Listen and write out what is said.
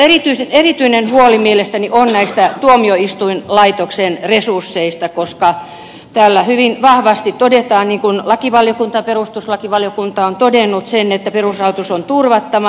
mutta erityinen huoli mielestäni on näistä tuomioistuinlaitoksen resursseista koska täällä hyvin vahvasti todetaan niin kuin lakivaliokunta ja perustuslakivaliokunta ovat todenneet että perusrahoitus on turvattava